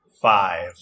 Five